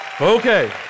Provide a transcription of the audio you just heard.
Okay